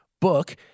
Book